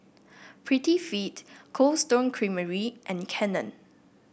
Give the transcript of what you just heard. Prettyfit Cold Stone Creamery and Canon